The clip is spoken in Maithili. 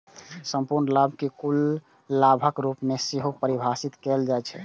संपूर्ण लाभ कें कुल लाभक रूप मे सेहो परिभाषित कैल जाइ छै